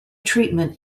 treatment